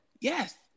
yes